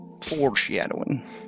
foreshadowing